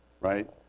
right